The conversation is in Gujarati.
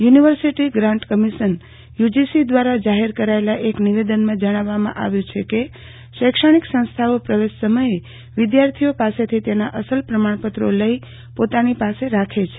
યુનિવર્સિટી ગ્રાન્ટ કમિશન યુજીસી દ્રારા જાહેર કરાયેલ એક નિવેદનમાં જણાવવામાં આવ્યુ છે કે શૈક્ષણિક સંસ્થાઓ પ્રવેશ સમયે વિધાર્થીઓ પાસેથી તેના અસલ પ્રમાણપત્રો લઈ પોતાની પાસે રાખે છે